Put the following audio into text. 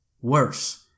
Worse